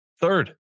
Third